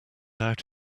out